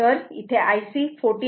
तर इथे हे Ic 14